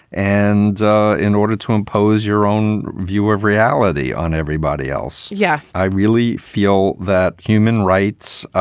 and in order to impose your own view of reality on everybody else. yeah, i really feel that human rights,